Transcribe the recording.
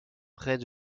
près